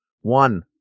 One